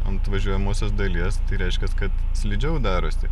ant važiuojamosios dalies tai reiškias kad slidžiau darosi